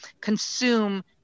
consume